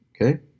Okay